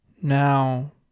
Now